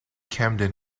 camden